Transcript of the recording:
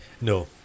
No